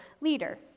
leader